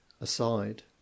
ASIDE